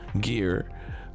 gear